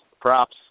Props